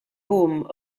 home